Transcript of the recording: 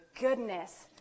goodness